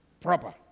proper